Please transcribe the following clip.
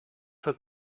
for